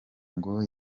ngo